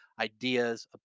ideas